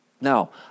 Now